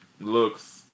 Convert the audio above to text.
looks